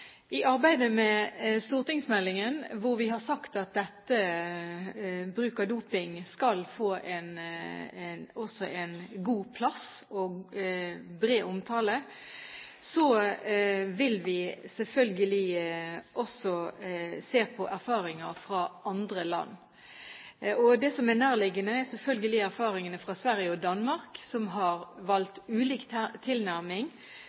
I arbeidet med stortingsmeldingen, hvor vi har sagt at bruk av doping skal få god plass og bred omtale, vil vi selvfølgelig også se på erfaringer fra andre land. Det som er nærliggende, er selvfølgelig erfaringene fra Sverige og Danmark, som har valgt ulik tilnærming